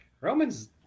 Roman's